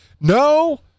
no